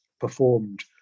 performed